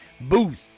Booth